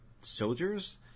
soldiers